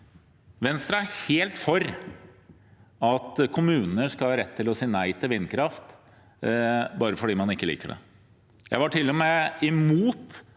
Venstre er helt for at kommunene skal ha rett til å si nei til vindkraft, om så bare fordi man ikke liker det. Jeg var til og med imot